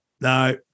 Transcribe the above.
no